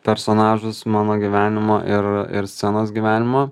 personažus mano gyvenimo ir ir scenos gyvenimo